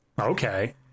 okay